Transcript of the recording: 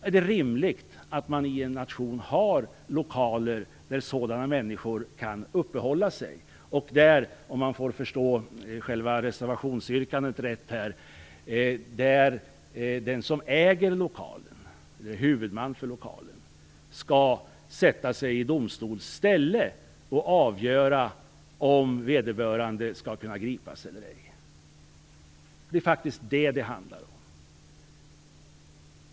Är det rimligt att i en nation ha lokaler där sådana människor kan uppehålla sig och där, om jag har förstått reservationsyrkandet rätt, den som är lokalens ägare eller huvudman skall kunna sätta sig i domstols ställe och avgöra om vederbörande skall kunna gripas eller ej? Det är faktiskt detta som det handlar om.